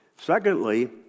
Secondly